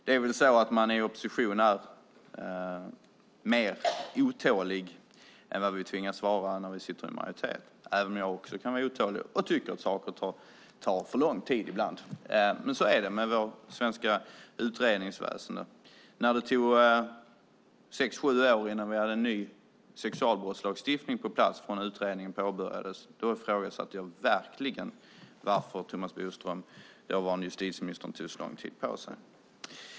I opposition är man väl mer otålig än vad vi inser att vi kan vara när vi sitter i majoritet, även om jag också kan vara otålig och tycker att saker tar för lång tid ibland. Men så är det med vårt svenska utredningsväsen. När det tog sex sju år innan vi hade en ny sexualbrottslagstiftning på plats från att utredningen påbörjades ifrågasatte jag verkligen varför Thomas Bodström, den dåvarande justitieministern, tog så lång tid på sig.